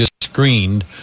screened